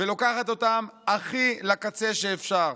ולוקחת אותם הכי לקצה שאפשר.